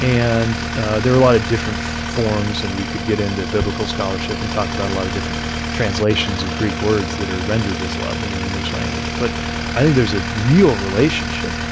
and there are a lot of different forms, and we could get into biblical scholarship and talk about a lot of different translations of greek words that are rendered as love in the english language but i think there's a real relationship